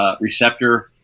receptor